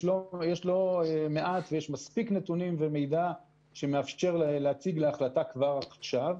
יש לא מעט ויש מספיק נתונים ומידע שמאפשר להציג להחלטה כבר עכשיו,